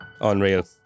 Unreal